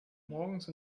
morgens